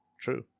true